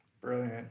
Brilliant